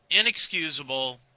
inexcusable